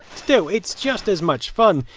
still, it's just as much fun.